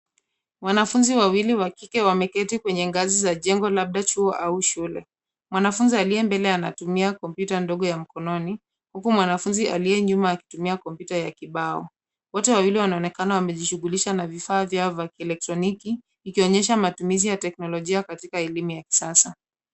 Wanafunzi wawili wa kike wameketi kwenye ngazi za jengo, labda chuo, au shule. Mwanafunzi aliye mbele anatumia kompyuta ndogo ya mkononi, huku mwanafunzi aliye nyuma akitumia kompyuta ya kibao, wote wawili wanaonekana wamejishughulisha na vifaa vyao vya kieletroniki, ikionyesha matumizi ya teknolojia katika elimu ya sasa.